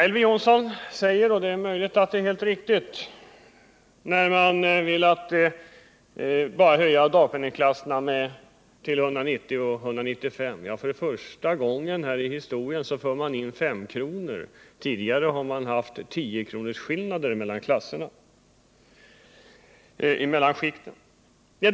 Elver Jonsson och utskottet vill bara höja dagpenningklasserna till 190 och 195 kr. För första gången i historien för man in 5 kr. skillnad mellan klasserna; tidigare har man haft 10 kr. skillnad.